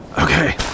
Okay